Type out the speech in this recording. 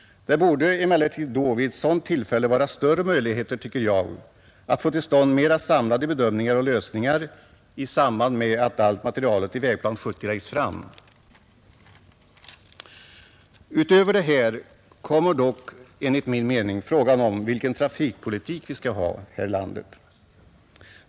Det borde emellertid vid ett sådant tillfälle vara större möjligheter, tycker jag, att få till stånd mera samlade bedömningar och lösningar i samband med att allt material i Vägplan 1970 läggs fram. Utöver det här kommer dock enligt min mening frågan om vilken trafikpolitik vi skall ha här i landet.